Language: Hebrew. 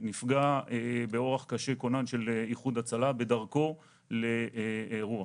נפגע באורח קשה כונן של איחוד הצלה בדרכו לאירוע.